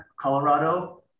Colorado